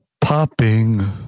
popping